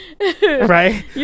right